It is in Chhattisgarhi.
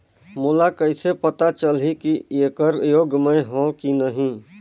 मोला कइसे पता चलही की येकर योग्य मैं हों की नहीं?